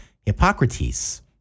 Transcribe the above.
hippocrates